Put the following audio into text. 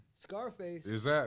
Scarface